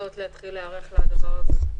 זה ייתן זמן להתחיל להיערך לדבר הזה.